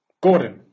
Gordon